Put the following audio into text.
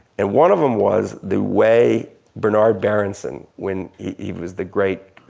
and one of em was the way bernard berenson when he was the great